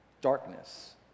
darkness